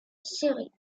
série